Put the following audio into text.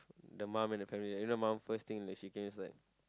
the mum and the family like you know mum first thing like care is like